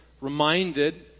reminded